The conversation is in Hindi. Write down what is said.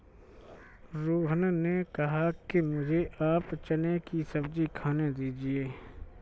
रोहन ने कहा कि मुझें आप चने की सब्जी खाने दीजिए